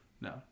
No